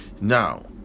Now